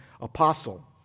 apostle